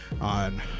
on